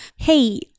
hey